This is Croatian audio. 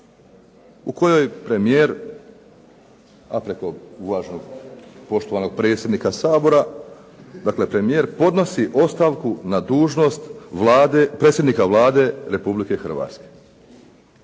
U kojoj premijer, a preko uvaženog poštovanog predsjednika Sabora, dakle premijer podnosi ostavku na dužnost predsjednika Vlade Republike Hrvatske.